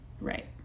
Right